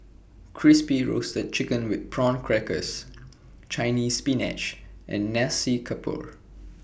Crispy Roasted Chicken with Prawn Crackers Chinese Spinach and Nasi Campur